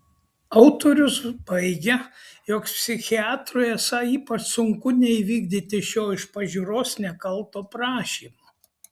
autorius baigia jog psichiatrui esą ypač sunku neįvykdyti šio iš pažiūros nekalto prašymo